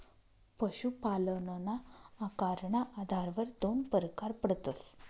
पशुपालनना आकारना आधारवर दोन परकार पडतस